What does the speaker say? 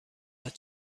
است